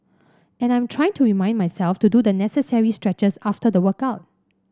and I am trying to remind myself to do the necessary stretches after the workout